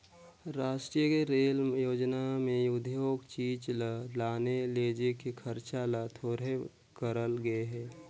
रास्टीय रेल योजना में उद्योग चीच ल लाने लेजे के खरचा ल थोरहें करल गे हे